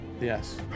Yes